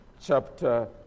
chapter